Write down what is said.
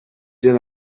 did